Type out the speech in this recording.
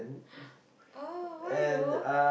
oh why though